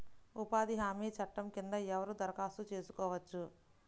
ఉపాధి హామీ చట్టం కింద ఎవరు దరఖాస్తు చేసుకోవచ్చు?